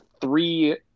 three